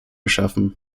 schaffen